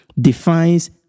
defines